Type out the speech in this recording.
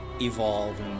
evolve